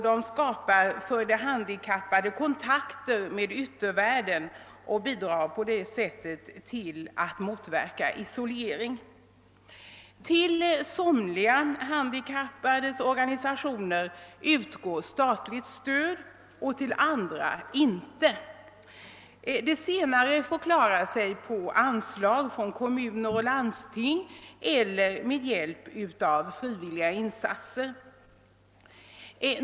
De skapar för de handikappade kontakter med yttervärlden och bidrar på det sättet till att motverka isolering. Till somliga handikappsorganisationer utgår statligt stöd och till andra inte. De senare får klara sig på anslag från kommuner och landsting eller med hjälp av frivilliga insatser.